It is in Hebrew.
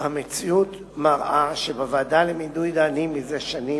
המציאות מראה שבוועדה למינוי דיינים יושבת זה שנים